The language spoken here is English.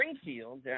Springfield